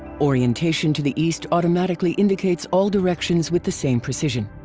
orientation to the east automatically indicates all directions with the same precision.